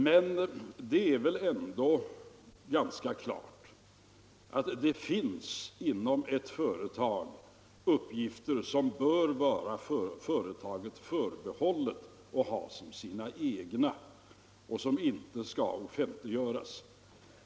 Men det är väl ändå ganska klart att det inom ett företag finns uppgifter som bör vara företaget förbehållet att ha som sina egna och som inte skall offentliggöras.